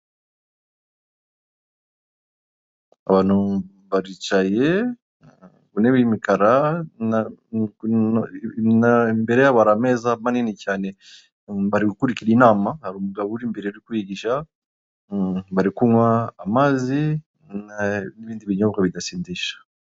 Abantu baricaye, ku ntebe y'umukara ,imbere yabo har' ameza manini cyane , bari gukurikira inama , har' umugabo ur' imbere uri kubigisha bari kunyw' amazi n'ibindi binyobwa bidasindisha.